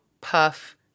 Puff